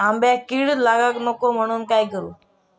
आंब्यक कीड लागाक नको म्हनान काय करू?